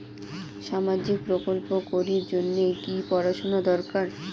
সামাজিক প্রকল্প করির জন্যে কি পড়াশুনা দরকার?